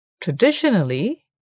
Traditionally